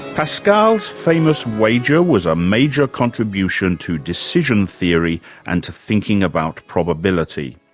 pascal's famous wager was a major contribution to decision theory and to thinking about probability.